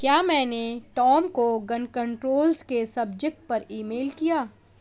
کیا میں نے ٹام کو گن کنٹرولز کے سبجیکٹ پر ایمیل کیا